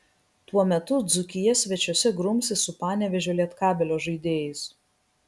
tuo metu dzūkija svečiuose grumsis su panevėžio lietkabelio žaidėjais